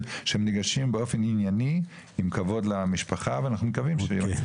שאנחנו במקביל להצעה שהצענו